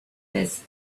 this